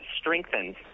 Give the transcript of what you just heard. strengthened